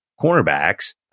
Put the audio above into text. cornerbacks